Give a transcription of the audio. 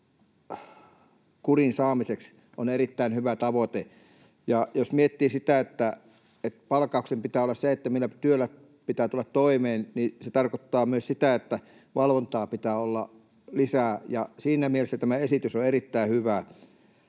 kuriin saamiseksi on erittäin hyvä tavoite. Jos miettii sitä, että palkkauksen pitää olla sellainen, että työllä pitää tulla toimeen, niin se tarkoittaa myös sitä, että valvontaa pitää olla lisää. Siinä mielessä tämä esitys on erittäin hyvä.